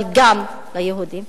אבל גם ליהודים.